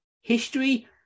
history